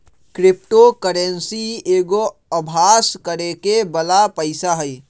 crypto currency एगो अभास करेके बला पइसा हइ